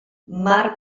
mar